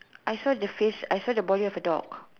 I saw the face I saw the body of a dog